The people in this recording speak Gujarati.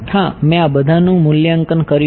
હા મેં આ બધાનું મૂલ્યાંકન કર્યું છે